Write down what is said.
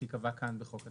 תקבע כאן בחוק התקנים.